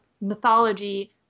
mythology